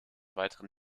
weiteren